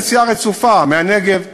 וזו בעצם נסיעה רצופה מהנגב לגליל,